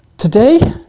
Today